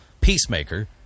Peacemaker